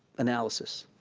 analysis.